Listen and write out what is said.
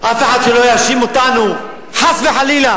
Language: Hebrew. אף אחד שלא יאשים אותנו, חס וחלילה,